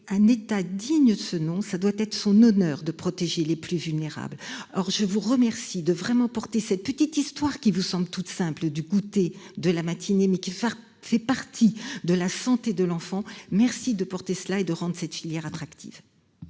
un État digne de ce nom. Ça doit être son honneur de protéger les plus vulnérables. Or, je vous remercie de vraiment porter cette petite histoire qui vous semble toute simple du côté de la matinée mais qui enfin fait partie de la santé de l'enfant. Merci de porter cela et de cette filière attractive.